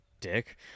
Dick